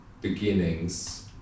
beginnings